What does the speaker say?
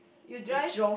you drive